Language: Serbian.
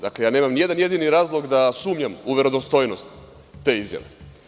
Dakle, ja nemam ni jedan jedini razlog da sumnjam u verodostojnost te izjave.